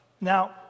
Now